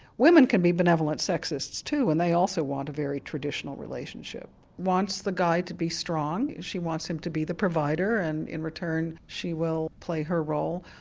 women can be benevolent sexists too and they also want a very traditional relationship wants the guy to be strong, she wants him to be the provider and in return she will play her role,